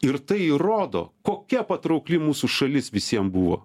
ir tai įrodo kokia patraukli mūsų šalis visiem buvo